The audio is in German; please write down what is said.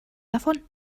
davon